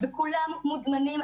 וכולם מוזמנים,